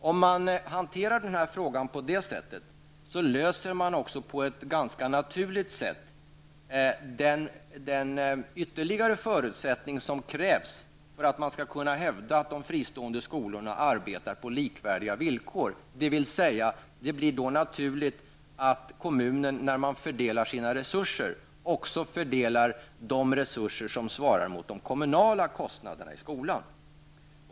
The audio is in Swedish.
Om man hanterar den här frågan på det viset, skapar man på ett ganska naturligt sätt den ytterligare förutsättning som krävs för att man skall kunna hävda att de fristående skolorna arbetar på likvärdiga villkor, dvs. det blir då naturligt att kommunen, när den fördelar sina resurser, också fördelar resurser som svarar mot de kommunala kostnaderna i skolan.